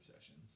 sessions